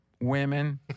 women